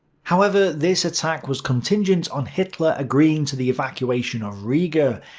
however, this attack was contingent on hitler agreeing to the evacuation of riga,